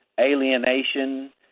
alienation